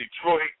Detroit